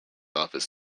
office